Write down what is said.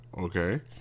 Okay